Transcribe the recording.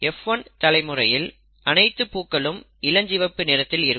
F1 தலைமுறையில் அனைத்து பூக்களும் இளஞ்சிவப்பு நிறத்தில் இருக்கும்